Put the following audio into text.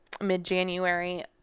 mid-January